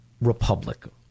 republic